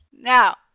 Now